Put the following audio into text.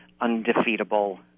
undefeatable